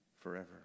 forever